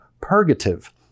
purgative